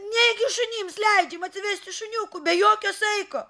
negi šunims leidžiama atsivesti šuniukų be jokio saiko